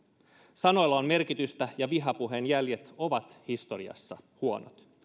sanoilla on merkitystä ja vihapuheen jäljet ovat historiassa huonot